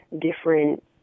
different